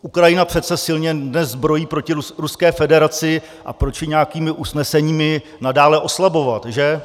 Ukrajina přece silně dnes zbrojí proti Ruské federaci, a proč ji nějakými usneseními nadále oslabovat, že?